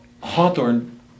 Hawthorne